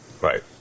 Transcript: Right